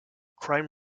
crime